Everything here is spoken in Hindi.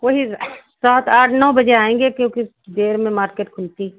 वही सात आठ नौ बजे आएँगे क्योंकि देर में मार्केट खुलती